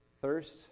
thirst